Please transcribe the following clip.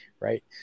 right